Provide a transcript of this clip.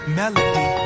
melody